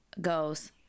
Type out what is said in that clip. goes